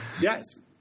yes